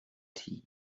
tea